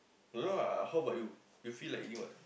don't know ah how bout you you feel like eating what